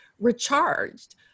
recharged